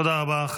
תודה רבה.